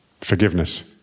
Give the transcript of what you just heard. Forgiveness